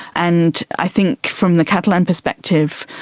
and i think from the catalan perspective,